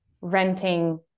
renting